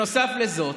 נוסף לזה,